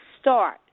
start